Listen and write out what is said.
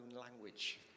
language